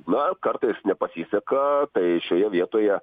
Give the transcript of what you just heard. na kartais nepasiseka tai šioje vietoje